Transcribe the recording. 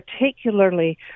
particularly